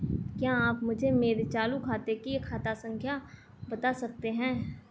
क्या आप मुझे मेरे चालू खाते की खाता संख्या बता सकते हैं?